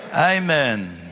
Amen